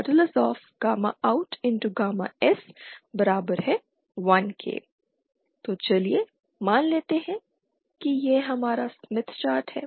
outS1 तो चलिए मान लेते हैं कि यह हमारा स्मिथ चार्ट है